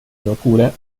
locura